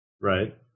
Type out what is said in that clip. Right